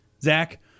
Zach